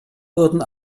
wurden